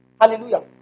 Hallelujah